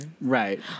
Right